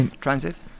Transit